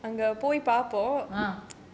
uh